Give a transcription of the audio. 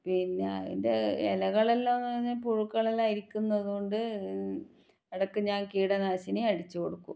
പിന്നെ അതിൻ്റെ ഇലകളെല്ലാംന്ന് പറഞ്ഞാൽ പുഴുക്കളെല്ലാം അരിക്കുന്നത് കൊണ്ട് ഇടയ്ക്ക് ഞാൻ കീടനാശിനി അടിച്ച് കൊടുക്കും